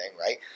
right